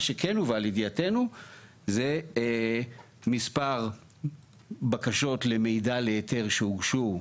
מה שכן הובא לידיעתנו אלו מספר בקשות למידע להיתר שהוגשו,